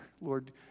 Lord